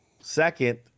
second